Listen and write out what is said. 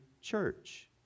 church